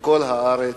בכל הארץ,